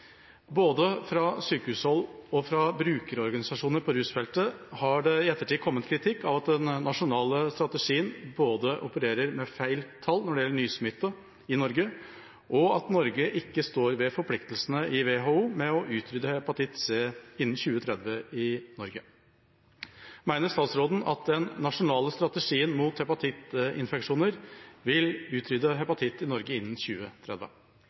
Både fra sykehushold og brukerorganisasjoner på rusfeltet har det kommet kritikk av at den nasjonale strategien både opererer med feil tall på nysmitte, og at Norge ikke følger opp forpliktelsene overfor WHO med å utrydde hepatitt C i Norge innen 2030. Mener statsråden at den nasjonale strategien mot hepatittinfeksjoner vil utrydde hepatitt i Norge innen 2030?»